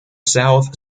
south